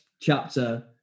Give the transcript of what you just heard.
chapter